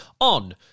on